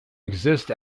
exist